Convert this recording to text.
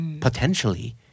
potentially